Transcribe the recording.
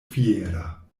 fiera